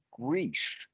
Greece